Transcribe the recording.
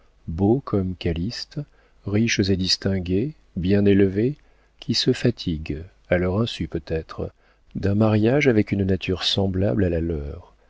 beaux comme calyste riches et distingués bien élevés qui se fatiguent à leur insu peut-être d'un mariage avec une nature semblable à la leur